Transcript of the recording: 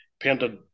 painted